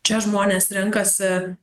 čia žmonės renkasi